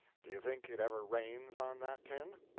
do you think it ever rains on that tin?